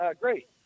Great